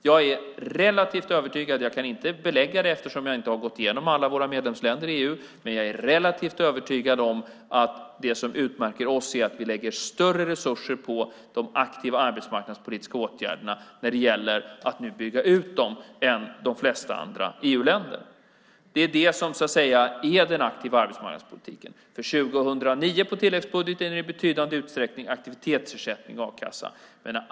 Jag är relativt övertygad om - men jag kan inte belägga det, eftersom jag inte har gått igenom alla våra medlemsländer i EU - att det som utmärker oss är att vi lägger större resurser på att bygga ut de aktiva arbetsmarknadspolitiska åtgärderna än de flesta andra EU-länder. Det är den aktiva arbetsmarknadspolitiken. För 2009 på tilläggsbudgeten är det i betydande utsträckning aktivitetsersättning och a-kassa.